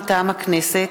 מטעם הכנסת: